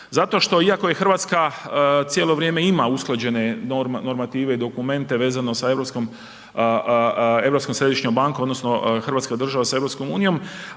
Zato što iako je RH cijelo vrijeme ima usklađene normative i dokumente vezano sa Europskom središnjom bankom odnosno hrvatska država sa EU,